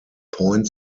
point